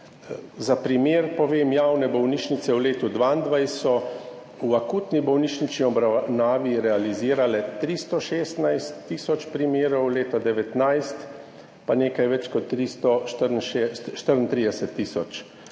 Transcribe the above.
Za primer povem, javne bolnišnice v letu 2022 so v akutni bolnišnični obravnavi realizirale 316 tisoč primerov, leta 2019 pa nekaj več kot 334 tisoč.